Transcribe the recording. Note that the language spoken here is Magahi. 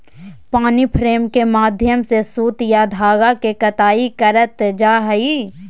पानी फ्रेम के माध्यम से सूत या धागा के कताई करल जा हय